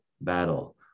battle